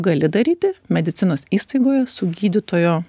gali daryti medicinos įstaigoje su gydytojo